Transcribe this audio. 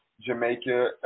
Jamaica